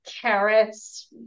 carrots